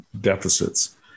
deficits